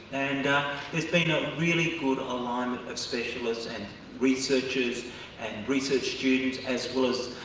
and there's been a really good alignment of specialists and researchers and research students as well as